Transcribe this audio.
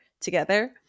together